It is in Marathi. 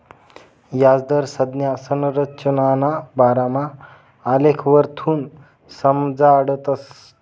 याजदर संज्ञा संरचनाना बारामा आलेखवरथून समजाडतस